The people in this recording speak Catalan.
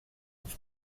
els